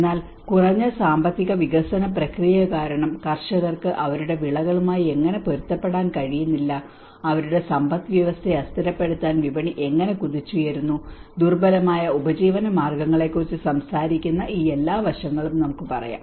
എന്നാൽ കുറഞ്ഞ സാമ്പത്തിക വികസന പ്രക്രിയ കാരണം കർഷകർക്ക് അവരുടെ വിളകളുമായി എങ്ങനെ പൊരുത്തപ്പെടാൻ കഴിയുന്നില്ല അവരുടെ സമ്പദ്വ്യവസ്ഥയെ അസ്ഥിരപ്പെടുത്താൻ വിപണി എങ്ങനെ കുതിച്ചുയരുന്നു ദുർബലമായ ഉപജീവനമാർഗ്ഗങ്ങളെക്കുറിച്ച് സംസാരിക്കുന്ന ഈ എല്ലാ വശങ്ങളും നമുക്ക് പറയാം